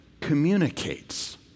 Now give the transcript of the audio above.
communicates